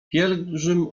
pielgrzym